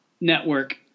network